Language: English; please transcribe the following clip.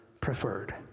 preferred